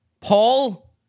Paul